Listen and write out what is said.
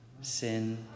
Sin